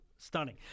Stunning